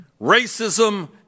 racism